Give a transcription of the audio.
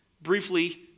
Briefly